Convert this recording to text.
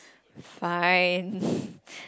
fine